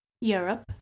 Europe